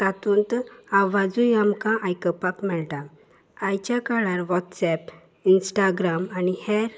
तातूंत आवाजूय आमकां आयकुपाक मेळटा आयच्या काळार वॉट्सएप इंस्टाग्राम आनी हेर